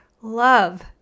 love